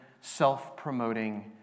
self-promoting